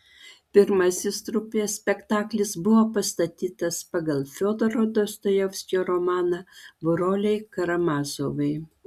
pirmasis trupės spektaklis buvo pastatytas pagal fiodoro dostojevskio romaną broliai karamazovai